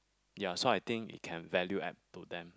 ya so I think it can valued at to them